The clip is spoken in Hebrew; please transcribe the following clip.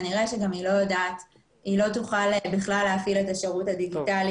כנראה שהם גם לא תוכל להפעיל את השירות הדיגיטלי.